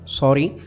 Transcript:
sorry